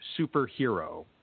superhero